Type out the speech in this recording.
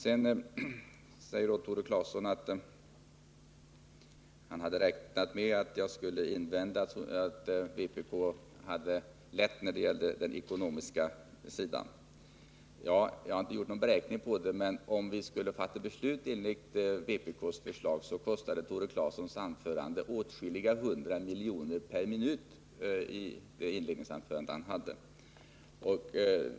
Sedan säger Tore Claeson att han hade räknat med att jag skulle invända att vpk hade det lätt när det gäller den ekonomiska sidan. Ja, jag har inte gjort någon beräkning på det, men om vi skulle fatta beslut enligt vpk:s förslag, så kostade Tore Claesons inledningsanförande åtskilliga hundra miljoner per minut.